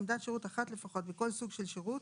עמדת שירות אחת לפחות מכל סוג של שירות